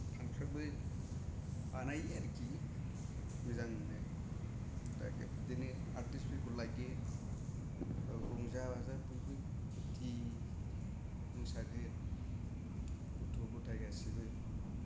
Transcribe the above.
function बो बानायो आरोखि मोजांनो दा बिदिनो आर्तिस्त लाइयो बेयाव रंजा बाजा बयबो फुर्ति मोसागोन गथ' गथाय गासैबो